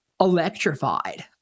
electrified